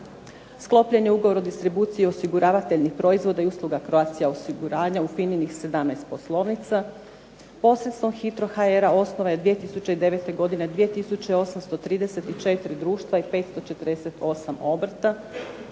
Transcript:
Sklopljen je ugovor o distribuciji osiguravateljnih proizvoda i usluga Croatia osiguranja u FINA-inih 17 poslovnica. Posredstvom HITRO.HR-a osnovano je 2009. godine 2834 društva i 548 obrta.